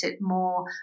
more